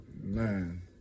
Man